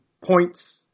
points